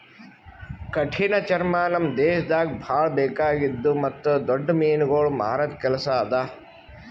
ಕಠಿಣ ಚರ್ಮ ನಮ್ ದೇಶದಾಗ್ ಭಾಳ ಬೇಕಾಗಿದ್ದು ಮತ್ತ್ ದೊಡ್ಡ ಮೀನುಗೊಳ್ ಮಾರದ್ ಕೆಲಸ ಅದಾ